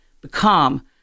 become